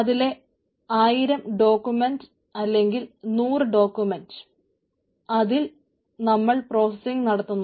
അതിലെ 1000 ഡോക്യുമെന്റ് അല്ലെങ്കിൽ 100 ഡോക്യുമെന്റ് അതിൽ നമ്മൾ പ്രോസസിങ് നടത്തുന്നു